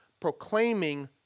proclaiming